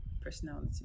Personality